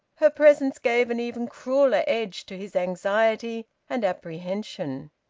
her presence gave an even crueller edge to his anxiety and apprehension.